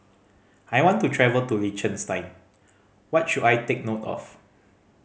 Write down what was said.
I want to travel to Liechtenstein what should I take note of